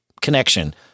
connection